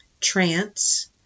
trance